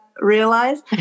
realize